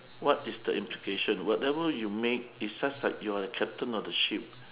what is the implication whatever you make is such that you are the captain of the ship